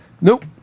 Nope